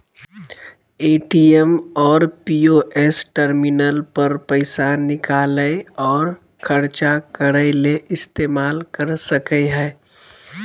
ATM और POS terminal पर पैसा निकालय और ख़र्चा करय ले इस्तेमाल कर सकय हइ